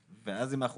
ואז אם אנחנו